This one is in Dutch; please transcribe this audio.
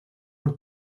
een